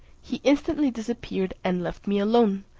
he instantly disappeared, and left me alone,